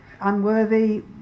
Unworthy